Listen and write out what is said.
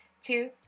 Two